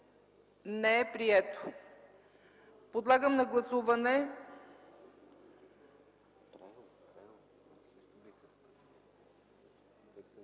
не са приети. Подлагам на гласуване